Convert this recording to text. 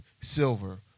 silver